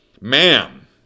ma'am